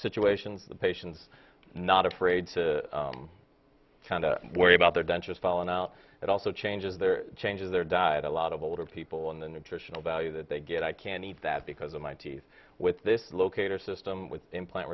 situations the patients not afraid to kind of worry about their dentures falling out it also changes their changes their diet a lot of older people in the nutritional value that they get i can eat that because of my teeth with this locator system with implant